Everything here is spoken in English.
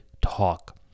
talk